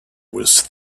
was